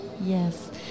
Yes